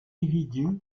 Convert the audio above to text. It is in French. individu